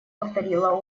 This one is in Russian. повторила